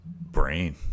brain